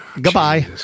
Goodbye